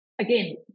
again